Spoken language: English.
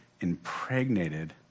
impregnated